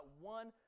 one